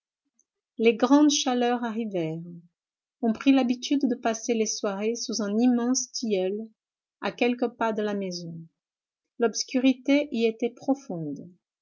les grandes chaleurs arrivèrent on prit l'habitude de passer les soirées sous un immense tilleul à quelques pas de la maison l'obscurité y était profonde